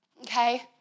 Okay